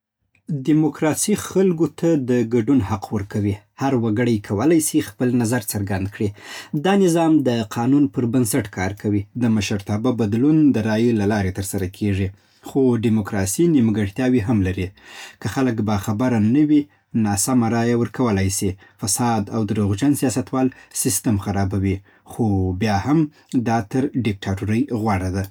ډیموکراسي خلکو ته د ګډون حق ورکوي. هر وګړی کولی سي خپل نظر څرګند کړي. دا نظام د قانون پر بنسټ کار کوي. د مشرتابه بدلون د رایې له لارې ترسره کېږي. خو ډیموکراسي نیمګړتیاوې هم لري. که خلک باخبره نه وي، ناسمه رایه ورکولای سي. فساد او دروغجن سیاستوال سیستم خرابوي. خو بیا هم، دا تر ډېکتاتورۍ غوره ده.